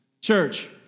Church